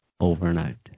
Overnight